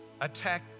attack